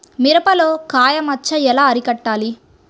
మిరపలో కాయ మచ్చ ఎలా అరికట్టాలి?